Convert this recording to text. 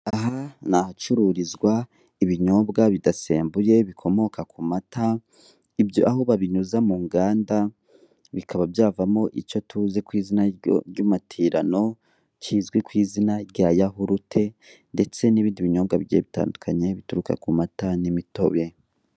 Aha ni ahacururizwa ibinyobwa bidasembuye bikomoka ku mata, ibyo aho babinyuza mu nganda bikaba byavamo icyo tuzi ku izina ry'amatirano, kizwi ku izina rya yawurute ndetse n'ibindi binyobwa bigiye bitandukanye bituruka ku mata n'imitobe.